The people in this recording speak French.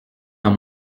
dans